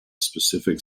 specific